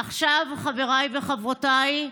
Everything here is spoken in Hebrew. עכשיו, חבריי וחברותיי,